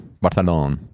Barcelona